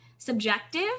subjective